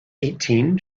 eighteen